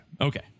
Okay